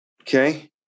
Okay